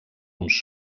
uns